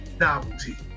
novelty